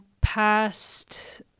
past